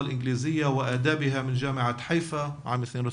וספרות אנגלית באוניברסיטת חיפה בשנת